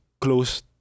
close